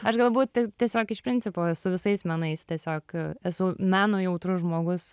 aš galbūt tiesiog iš principo su visais menais tiesiog esu menui jautrus žmogus